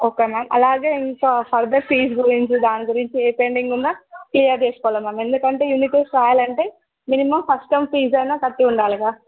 okay ma'am అలాగే ఇంకా further fees గురించి దాని గురించి ఏ పెండింగ్ ఉన్నా క్లియర్ చేసుకోవాలి మ్యామ్ ఎందుకంటే యూనిట్ టెస్ట్ రాయాలంటే మినిమమ్ ఫస్ట్ టర్మ్ ఫీజు అయినా కట్టి ఉండాలి మ్యామ్